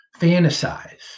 fantasize